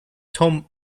tom